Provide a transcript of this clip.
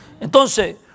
Entonces